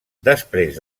després